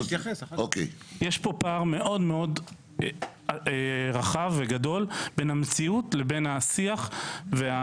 פה פער מאוד רחב וגדול בין המציאות לבין השיח.